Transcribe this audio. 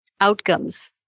outcomes